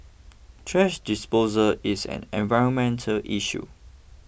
thrash disposal is an environmental issue